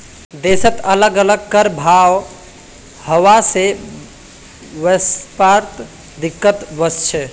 देशत अलग अलग कर भाव हवा से व्यापारत दिक्कत वस्छे